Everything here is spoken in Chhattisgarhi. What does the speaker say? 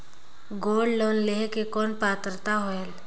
गोल्ड लोन लेहे के कौन पात्रता होएल?